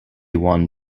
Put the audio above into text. won